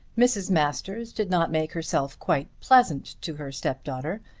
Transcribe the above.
mrs. masters did not make herself quite pleasant to her stepdaughter,